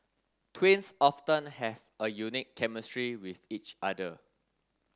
twins often have a unique chemistry with each other